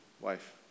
wife